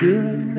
Good